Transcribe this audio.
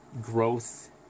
growth